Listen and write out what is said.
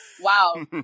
Wow